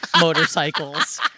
motorcycles